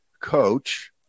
coach